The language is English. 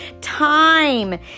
Time